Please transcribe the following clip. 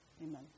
Amen